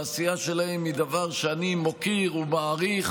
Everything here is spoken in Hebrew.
העשייה שלהם היא דבר שאני מוקיר ומעריך.